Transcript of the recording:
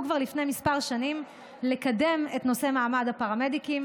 כבר לפני כמה שנים לקדם את נושא מעמד הפרמדיקים: